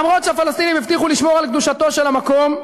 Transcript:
אומנם הפלסטינים הבטיחו לשמור על קדושתו של המקום,